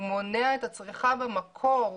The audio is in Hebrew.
הוא מונע את הצריכה במקור,